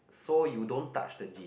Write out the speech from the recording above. so you don't touch the genes